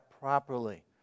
properly